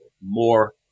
more